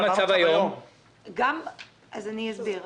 בקופת חולים כללית אין להם אישור לגביה.